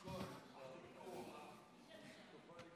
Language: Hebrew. מה?